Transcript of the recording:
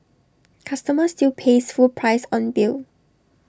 customer still pays full price on bill